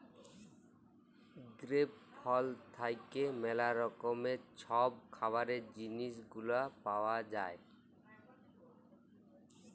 grape ফল থ্যাইকে ম্যালা রকমের ছব খাবারের জিলিস গুলা পাউয়া যায়